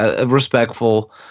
respectful